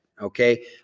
Okay